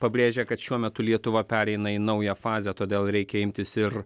pabrėžia kad šiuo metu lietuva pereina į naują fazę todėl reikia imtis ir